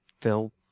Phil